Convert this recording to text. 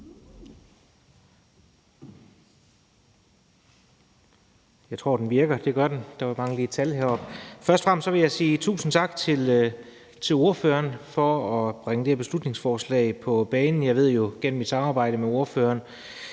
Velkommen. Kl. 17:09 (Ordfører) Anders Kronborg (S): Først og fremmest vil jeg sige tusind tak til ordføreren for at bringe det her beslutningsforslag på banen. Jeg ved jo gennem mit samarbejde med ordføreren